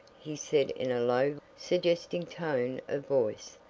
he said in a low, suggesting tone of voice.